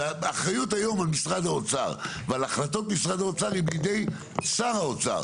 והאחריות היום על משרד האוצר ועל החלטות משרד האוצר היא בידי שר האוצר.